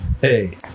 Hey